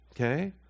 Okay